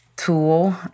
tool